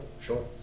sure